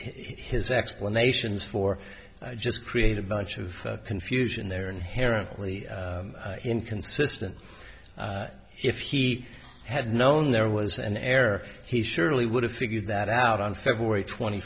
his explanations for just create a bunch of confusion they're inherently inconsistent if he had known there was an error he surely would have figured that out on february twenty